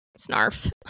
snarf